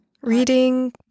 Reading